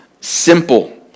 simple